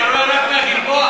אתה רואה רק מהגלבוע.